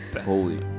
Holy